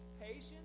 patience